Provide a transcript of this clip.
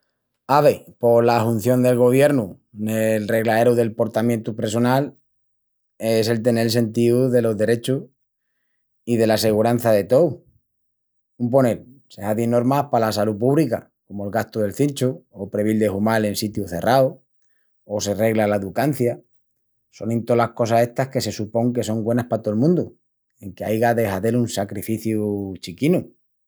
Ave, pos la hunción del goviernu nel reglaeru del portamientu pressonal es el tenel sentíu delos derechus i dela segurança de tous. Un ponel, se hazin normas pala salú púbrica, comu'l gastu del cinchu o previl de humal en sitius cerraus, o se regla la educancia. Sonin tolas cosas estas que se supon que son güenas pa tol mundu enque aiga de hazel un sacrificiu chiquinu.